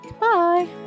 bye